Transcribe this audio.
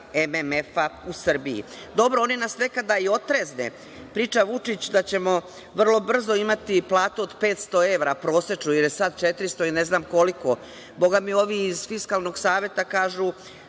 MMF-a u Srbiji. Dobro, oni nas nekada i otrezne. Priča Vučić da ćemo vrlo brzo imati prosečnu platu od 500 evra, jer je sad 400 i ne znam koliko. Bogami, ovi iz Fiskalnog saveta kažu